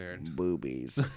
boobies